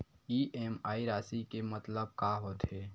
EMI राशि के मतलब का होथे?